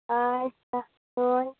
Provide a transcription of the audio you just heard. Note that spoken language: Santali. ᱟᱪᱪᱷᱟ ᱦᱳᱭ